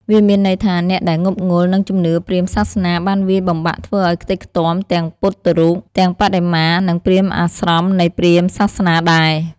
វាមានន័យថាអ្នកដែលងប់ងល់នឹងជំនឿព្រាហ្មណ៍សាសនាបានវាយបំបាក់ធ្វើឱ្យខ្ទេចខ្ទាំទាំងពុទ្ធរូប ទាំងបដិមា និងព្រាហ្មណ៍អាស្រមនៃព្រាហ្មណ៍សាសនាដែរ។។